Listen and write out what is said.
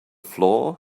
floor